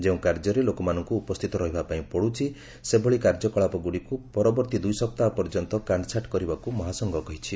ଯେଉଁ କାର୍ଯ୍ୟରେ ଲୋକମାନଙ୍କୁ ଉପସ୍ଥିତ ରହିବା ପାଇଁ ପଡ଼ୁଛି ସେଭଳି କାର୍ଯ୍ୟକଳାପଗୁଡ଼ିକୁ ପରବର୍ତ୍ତୀ ଦୁଇସପ୍ତାହ ପର୍ଯ୍ୟନ୍ତ କାଟ୍ଛାଣ୍ଟ କରିବାକୁ ମହାସଂଘ କହିଛି